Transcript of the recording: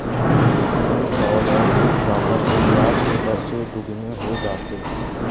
तीन साल और रुक जाता तो ब्याज के पैसे दोगुने हो जाते